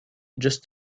just